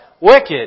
wicked